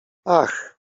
ach